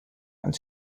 als